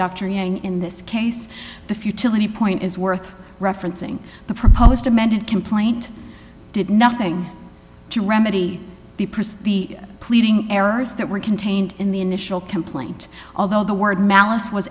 dr yang in this case the futility point is worth referencing the proposed amended complaint did nothing to remedy the press the pleading errors that were contained in the initial complaint although the word malice was